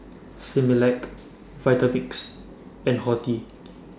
Similac Vitamix and Horti